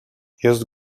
jest